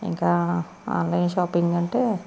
ఇంక online shopping అంటే